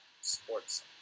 Sports